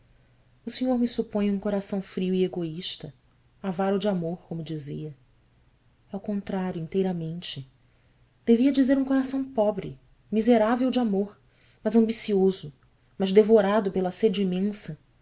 o senhor me supõe um coração frio e egoísta avaro de amor como dizia é o contrário inteiramente devia dizer um coração pobre miserável de amor mas ambicioso mas devorado pela sede imensa